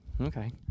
Okay